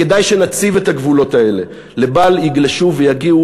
וכדאי שנציב את הגבולות האלה לבל יגלשו ויגיעו